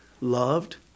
loved